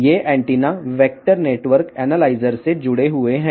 ఈ యాంటెన్నాలు vector network analyser కు అనుసంధానించబడి ఉన్నాయి